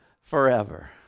forever